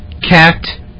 Cat